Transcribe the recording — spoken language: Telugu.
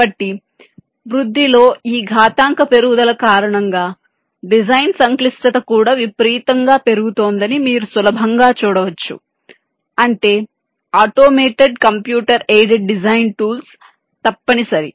కాబట్టి వృద్ధిలో ఈ ఘాతాంక పెరుగుదల కారణంగా డిజైన్ సంక్లిష్టత కూడా విపరీతంగా పెరుగుతోందని మీరు సులభంగా చూడవచ్చు అంటే automated computer aided design tools తప్పనిసరి